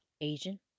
Asian